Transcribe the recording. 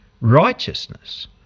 righteousness